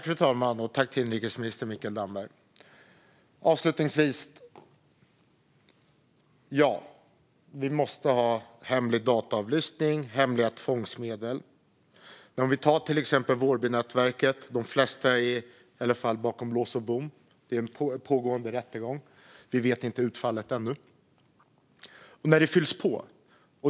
Fru talman! Avslutningsvis: Ja, vi måste ha hemlig dataavlyssning och hemliga tvångsmedel. Men låt oss ta Vårbynätverket som exempel. De flesta är bakom lås och bom, i alla fall i dag - det är en pågående rättegång, och vi vet inte utfallet ännu. Men det fylls på.